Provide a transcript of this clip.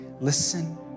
listen